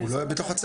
במשרד הכלכלה,